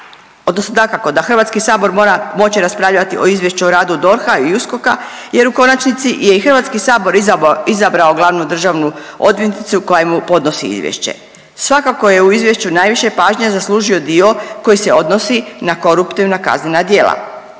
dakako da Hrvatski sabor mora moći raspravljati o izvješću o radu DORH-a i USKOK-a jer u konačnici je i Hrvatski sabor izabrao glavnu državnu odvjetnicu koja mu podnosi izvješće. Svakako je u izvješću najviše pažnje zaslužio dio koji se odnosi na koruptivna kaznena djela.